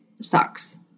sucks